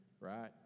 right